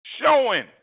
Showing